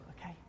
Okay